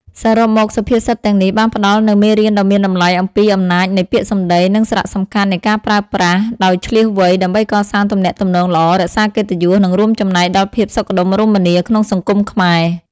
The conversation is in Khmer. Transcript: សរុបមក សុភាសិតទាំងនេះបានផ្តល់នូវមេរៀនដ៏មានតម្លៃអំពីអំណាចនៃពាក្យសម្ដី និងសារៈសំខាន់នៃការប្រើប្រាស់វាដោយឈ្លាសវៃ ដើម្បីកសាងទំនាក់ទំនងល្អ រក្សាកិត្តិយស និងរួមចំណែកដល់ភាពសុខដុមរមនាក្នុងសង្គមខ្មែរ។